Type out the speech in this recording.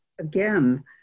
again